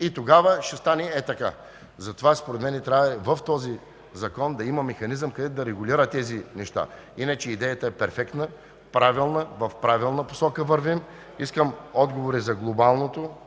И тогава ще стане хей така. (Показва с ръце.) Затова според мен трябва в закона да има механизъм, който да регулира тези неща. Иначе идеята е перфектна, правилна, в правилна посока вървим. Искам отговори за глобалното